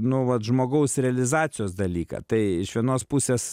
nu vat žmogaus realizacijos dalyką tai iš vienos pusės